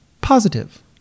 positive